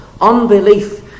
unbelief